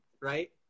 right